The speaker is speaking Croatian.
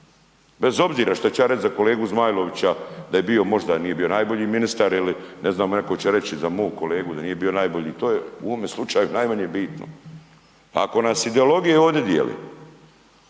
bez obzira što ću ja reći za kolegu Zmajlovića da možda nije bio najbolji ministar ili ne znam, neko će reći za mog kolegu da nije bio najbolje i to je u ovome slučaju najmanje bitno. Ako nas ideologije ovdje dijele